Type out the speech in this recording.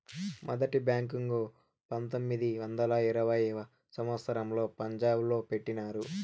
మొదటి బ్యాంకు పంతొమ్మిది వందల ఇరవైయవ సంవచ్చరంలో పంజాబ్ లో పెట్టినారు